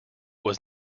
was